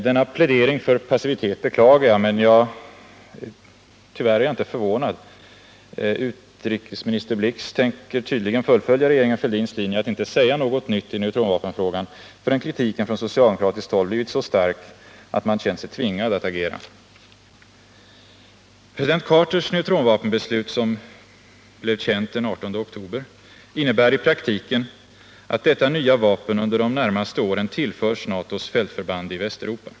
Denna plädering för passivitet beklagar jag, men tyvärr kan jag inte säga att jag är förvånad över den. Utrikesminister Blix tänker tydligen fullfölja regeringen Fälldins linje att inte säga något nytt i neutronvapenfrågan förrän kritiken från socialdemokratiskt håll blivit så stark att man känner sig tvingad att agera. President Carters beslut i neutronvapenfrågan, som blev känt den 18 oktober, innebär i praktiken att detta nya vapen under de närmaste åren tillförs NATO:s fältförband i Västeuropa.